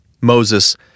Moses